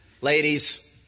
ladies